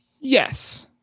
Yes